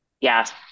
Yes